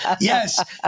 Yes